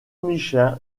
michelin